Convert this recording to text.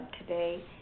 today